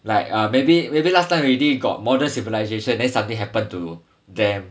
like uh maybe maybe last time already got modern civilisation then suddenly happen to them